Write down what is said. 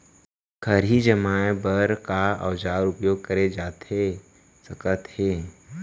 खरही जमाए बर का औजार उपयोग करे जाथे सकत हे?